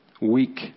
weak